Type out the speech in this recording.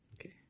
Okay